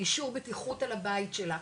אישור בטיחות על הבית שלה,